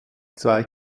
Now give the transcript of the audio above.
zwei